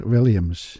Williams